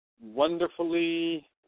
wonderfully